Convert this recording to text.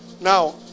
now